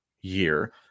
year